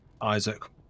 Isaac